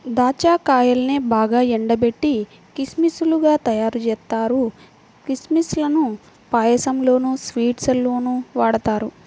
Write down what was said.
దాచ్చా కాయల్నే బాగా ఎండబెట్టి కిస్మిస్ లుగా తయ్యారుజేత్తారు, కిస్మిస్ లను పాయసంలోనూ, స్వీట్స్ లోనూ వాడతారు